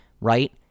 right